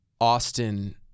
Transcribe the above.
Austin